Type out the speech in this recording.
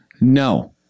no